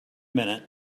minute